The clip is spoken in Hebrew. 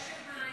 לרשת מעיין.